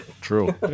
True